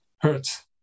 hurts